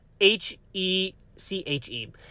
H-E-C-H-E